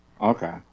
Okay